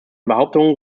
behauptungen